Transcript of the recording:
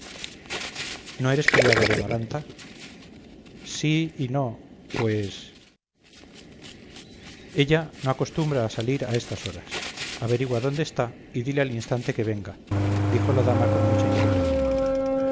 no eres criado de amaranta sí y no pues ella no acostumbra a salir a estas horas averigua dónde está y dile al instante que venga dijo la dama con mucha inquietud